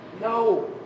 no